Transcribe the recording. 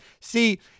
See